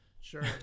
Sure